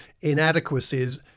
inadequacies